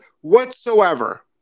whatsoever